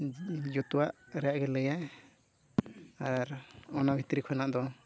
ᱡᱚᱛᱚᱣᱟᱜ ᱨᱮᱭᱟᱜ ᱜᱮ ᱞᱟᱹᱭᱟᱭ ᱟᱨ ᱚᱱᱟ ᱵᱷᱤᱛᱨᱤ ᱠᱷᱚᱱᱟᱜ ᱫᱚ